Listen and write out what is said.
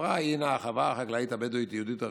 החווה היא החווה החקלאית הבדואית-יהודית הראשונה,